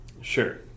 Sure